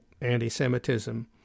anti-Semitism